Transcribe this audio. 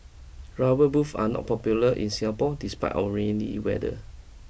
rubber booth are not popular in Singapore despite our rainy weather